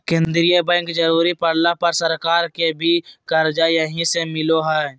केंद्रीय बैंक जरुरी पड़ला पर सरकार के भी कर्जा यहीं से मिलो हइ